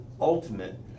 Ultimate